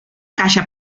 caixa